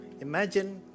Imagine